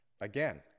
again